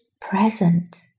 present